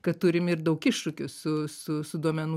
kad turim ir daug iššūkių su su su duomenų